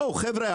חבר'ה,